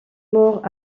mort